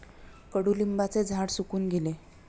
कडुलिंबाचे झाड सुकून गेले